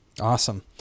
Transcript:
awesome